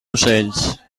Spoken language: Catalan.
ocells